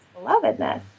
belovedness